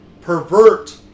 pervert